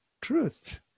truth